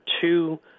two